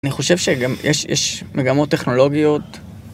אני חושב שגם יש יש מגמות טכנולוגיות